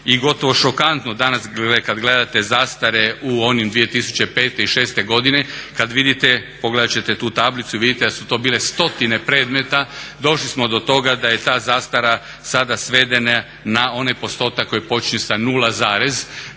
i gotovo šokantno danas kad gledate zastare u onim 2005. i 2006. godine kad vidite, pogledat ćete tu tablicu i vidite da su to bile stotine predmeta, došli smo do toga da je ta zastara sada svedena na onaj postotak koji počinje sa 0,. Tako